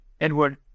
Edward